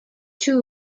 two